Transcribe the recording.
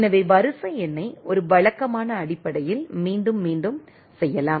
எனவே வரிசை எண்ணை ஒரு வழக்கமான அடிப்படையில் மீண்டும் மீண்டும் செய்யலாம்